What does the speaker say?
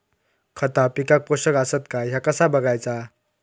खता पिकाक पोषक आसत काय ह्या कसा बगायचा?